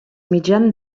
mitjan